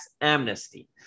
amnesty